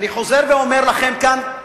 אני חוזר ואומר לכם כאן,